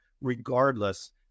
regardless